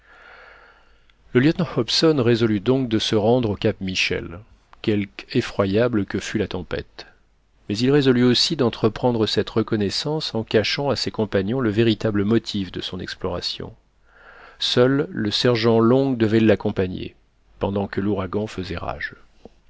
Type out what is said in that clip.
le lieutenant hobson résolut donc de se rendre au cap michel quelque effroyable que fût la tempête mais il résolut aussi d'entreprendre cette reconnaissance en cachant à ses compagnons le véritable motif de son exploration seul le sergent long devait l'accompagner pendant que l'ouragan faisait rage